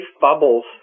bubbles